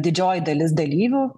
didžioji dalis dalyvių